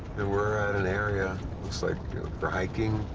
we're at an area looks like for hiking.